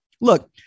Look